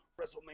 WrestleMania